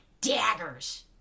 daggers